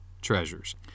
treasures